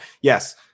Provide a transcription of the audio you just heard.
yes